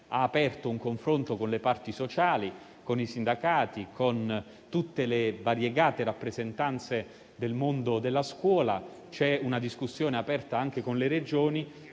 ha aperto un confronto con le parti sociali, con i sindacati, con tutte le variegate rappresentanze del mondo della scuola. C'è una discussione aperta anche con le Regioni